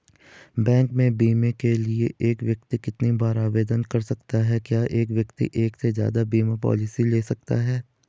Bank में बीमे के लिए एक व्यक्ति कितनी बार आवेदन कर सकता है क्या एक व्यक्ति एक से ज़्यादा बीमा पॉलिसी ले सकता है?